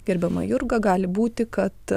gerbiama jurga gali būti kad